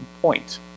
point